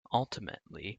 ultimately